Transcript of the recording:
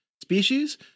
Species